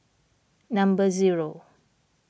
number zero